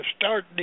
start